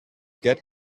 get